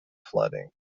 flooding